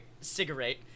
cigarette